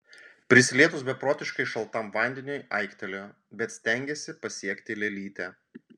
prisilietus beprotiškai šaltam vandeniui aiktelėjo bet stengėsi pasiekti lėlytę